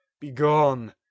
begone